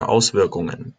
auswirkungen